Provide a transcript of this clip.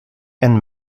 and